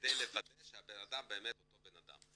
כדי לוודא שהאדם באמת אותו אדם.